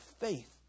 faith